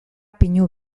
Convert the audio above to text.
pinu